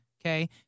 okay